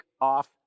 off